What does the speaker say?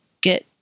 get